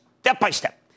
step-by-step